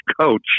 coach